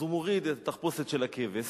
אז הוא מוריד את התחפושת של הכבש,